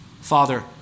Father